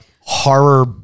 horror